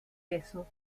yeso